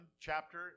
chapter